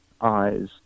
eyes